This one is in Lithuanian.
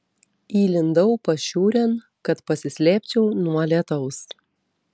įlindau pašiūrėn kad pasislėpčiau nuo lietaus